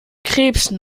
krebsen